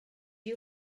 you